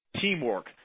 Teamwork